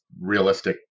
realistic